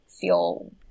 feel